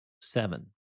Seven